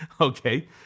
Okay